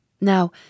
Now